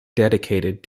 dedicated